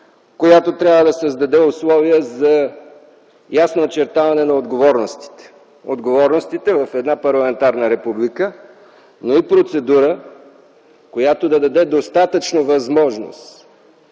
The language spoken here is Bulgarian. която трябва да създаде условия за ясно очертаване на отговорностите – отговорностите в една парламентарна република, но и процедура, която да даде достатъчна възможност